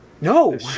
No